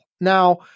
now